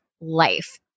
life